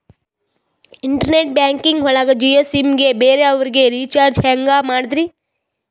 Internet banking ಒಳಗ Jio SIM ಗೆ ಬೇರೆ ಅವರಿಗೆ ರೀಚಾರ್ಜ್ ಹೆಂಗ್ ಮಾಡಿದ್ರಿ?